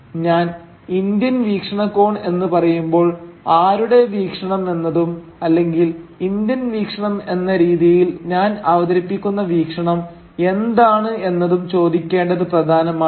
ഞാൻ ഇന്ത്യൻ വീക്ഷണകോൺ എന്നുപറയുമ്പോൾ ആരുടെ വീക്ഷണം എന്നതും അല്ലെങ്കിൽ ഇന്ത്യൻ വീക്ഷണം എന്ന രീതിയിൽ ഞാൻ അവതരിപ്പിക്കുന്ന വീക്ഷണം എന്താണ് എന്നതും ചോദിക്കേണ്ടത് പ്രധാനമാണ്